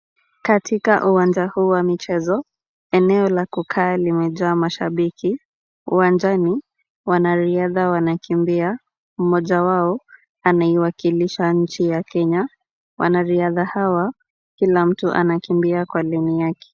Katika uwanja huu wa michezo, eneo la kukaa limejaa mashabiki. Uwanjani, wanariadha wanakimbia, mmoja wao anaiwakilisha nchi ya Kenya. Wanariadha hawa kila mti anakimbia kwa laini yake.